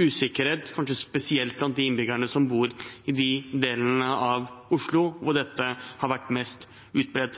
usikkerhet, kanskje spesielt blant de innbyggerne som bor i de delene av Oslo hvor